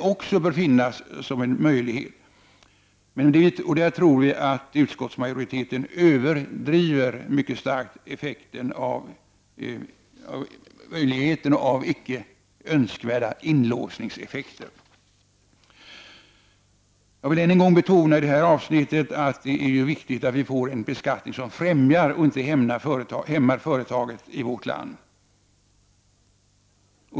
också bör finnas som en möjlighet, och där tror vi att utskottsmajoriteten överdriver mycket starkt faran för icke önskvärda inlåsningseffekter. Jag vill än en gång betona i det här avsnittet att det är viktigt att vi får en beskattning som främjar och inte hämmar företagen i vårt land.